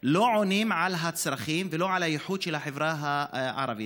לא עונים על הצרכים ולא על הייחוד של החברה הערבית.